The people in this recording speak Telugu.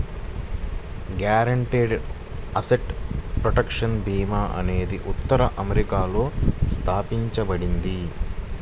గ్యారెంటీడ్ అసెట్ ప్రొటెక్షన్ భీమా అనేది ఉత్తర అమెరికాలో స్థాపించబడింది